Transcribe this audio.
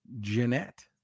Jeanette